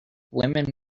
women